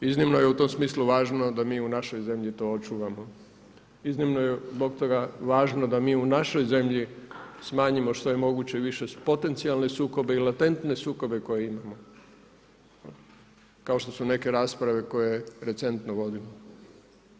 Iznimno je u tom smislu važno da mi u našoj zemlji to očuvamo, iznimno je zbog toga važno da mi u našoj zemlji smanjimo što je moguće više potencijalne sukobe i latentne sukobe koje imamo, kao što su neke rasprave koje recentno vodimo.